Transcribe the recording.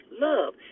love